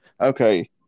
Okay